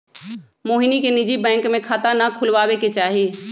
मोहिनी के निजी बैंक में खाता ना खुलवावे के चाहि